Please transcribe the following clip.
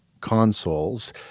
consoles